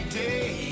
day